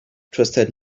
trusted